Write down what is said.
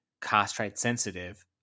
castrate-sensitive